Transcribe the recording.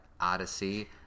Odyssey